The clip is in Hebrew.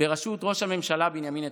בראשות ראש הממשלה בנימין נתניהו.